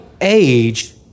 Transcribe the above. age